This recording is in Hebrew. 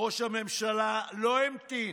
ראש הממשלה לא המתין,